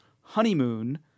honeymoon